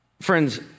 Friends